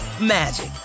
magic